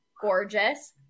Gorgeous